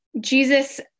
Jesus